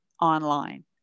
online